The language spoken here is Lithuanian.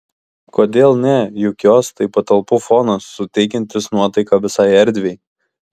kodėl ne juk jos tai patalpų fonas suteikiantis nuotaiką visai erdvei